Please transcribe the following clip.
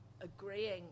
agreeing